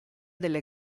delle